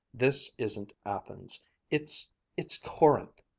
this isn't athens it's it's corinth,